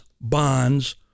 bonds